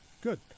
Good